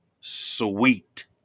Sweet